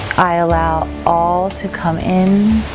i allow all to come in